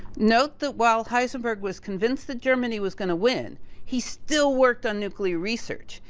note that while heisenberg was convinced that germany was gonna win, he still worked on nuclear research,